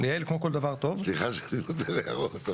סליחה שאני נותן הערות.